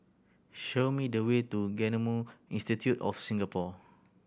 show me the way to Genome Institute of Singapore